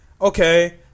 Okay